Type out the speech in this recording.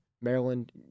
Maryland